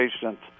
Patients